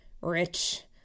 Rich